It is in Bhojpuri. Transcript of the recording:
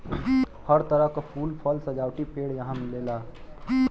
हर तरह क फूल, फल, सजावटी पेड़ यहां मिलेला